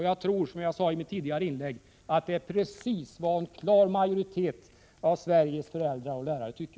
Jag tror, som jag sade i mitt tidigare inlägg, att detta är precis vad en klar majoritet av Sveriges föräldrar och lärare tycker.